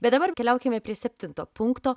bet dabar keliaukime prie septinto punkto